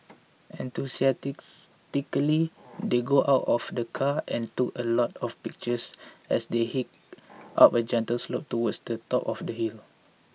enthusiastically they got out of the car and took a lot of pictures as they hiked up a gentle slope towards the top of the hill